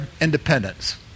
independence